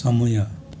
समय